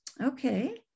Okay